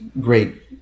great